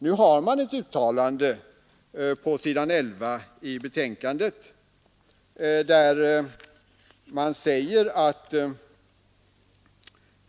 Nu finns det ett uttalande på s. 11 i betänkandet, där det heter: ”Kungl.